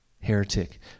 heretic